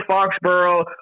Foxborough